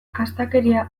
astakeria